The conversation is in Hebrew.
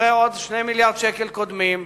אחרי עוד 2 מיליארדי שקלים קודמים.